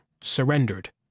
surrendered